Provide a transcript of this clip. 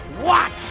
watch